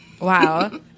wow